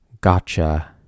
gotcha